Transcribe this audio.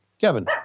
Kevin